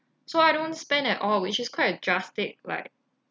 so I don't spend at all which is quite drastic like